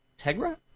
Tegra